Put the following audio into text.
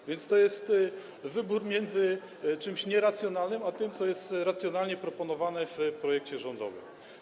A więc to jest wybór między czymś nieracjonalnym a tym, co jest racjonalnie, co jest proponowane w projekcie rządowym.